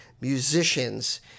musicians